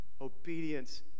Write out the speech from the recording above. Obedience